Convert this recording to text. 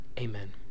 Amen